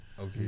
Okay